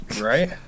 Right